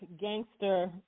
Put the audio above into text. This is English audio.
gangster